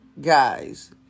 guys